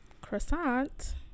Croissant